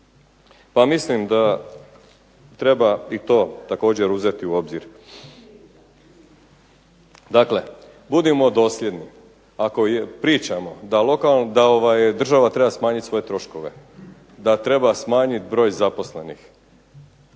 Pa mislim da treba i to također uzeti u obzir. Dakle budimo dosljedni, ako pričamo da država treba smanjit svoje troškove, da treba smanjit broj zaposlenih